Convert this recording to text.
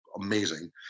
amazing